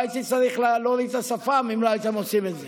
לא הייתי צריך להוריד את השפם אם הייתם עושים את זה.